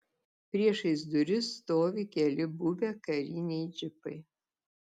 priešais duris stovi keli buvę kariniai džipai